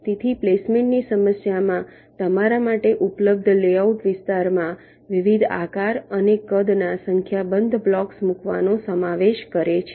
તેથી પ્લેસમેન્ટની સમસ્યામાં તમારા માટે ઉપલબ્ધ લેઆઉટ વિસ્તારમાં વિવિધ આકાર અને કદના સંખ્યાબંધ બ્લોક્સ મૂકવાનો સમાવેશ કરે છે